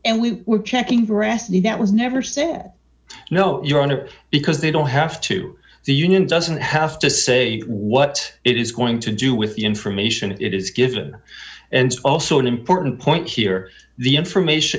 and we were checking veracity that was never sent no your honor because they don't have to the union doesn't have to say what it is going to do with the information it is given and also an important point here the information